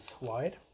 wide